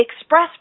express